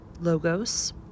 Logos